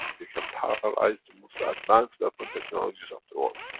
you can paralyze the most ah advanced weapon technologies of the world.